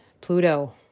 Pluto